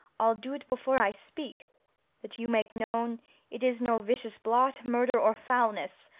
i'll do't before i speak that you make known it is no vicious blot, murther, or foulness,